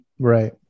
Right